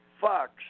Fox